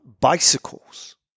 bicycles